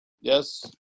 Yes